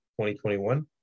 2021